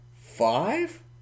five